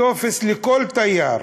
טופס לכל תייר